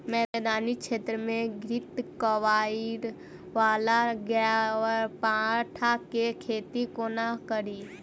मैदानी क्षेत्र मे घृतक्वाइर वा ग्यारपाठा केँ खेती कोना कड़ी?